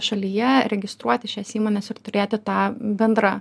šalyje registruoti šias įmones ir turėti tą bendrą